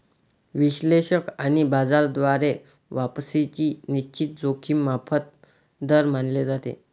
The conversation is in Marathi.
विश्लेषक आणि बाजार द्वारा वापसीची निश्चित जोखीम मोफत दर मानले जाते